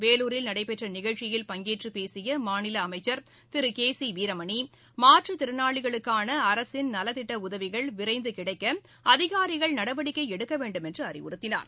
வேலூரில் நடைபெற்ற நிகழ்ச்சியில் பங்கேற்று பேசிய மாநில அமைச்சர் திரு கே சி வீரமணி மாற்றுத் திறனாளிகளுக்கான அரசின் நலத்திட்ட உதவிகள் விரைந்து கிடைக்க அதிகாரிகள் நடவடிக்கை எடுக்க வேண்டும் என்று அறிவுறுத்தினார்